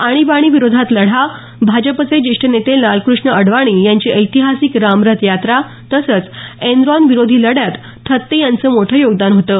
आणिबाणी विरोधात लढा भाजपचे ज्येष्ठ नेते लालकृष्ण अडवाणी यांची ऐतिहासिक रामरथ यात्रा तसंच एनरॉन विरोधी लढ्यात थत्ते यांचं मोठं योगदान होतं